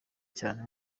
cyane